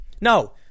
No